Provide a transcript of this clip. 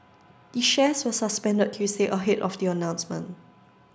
the shares were suspended Tuesday ahead of the announcement